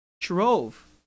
drove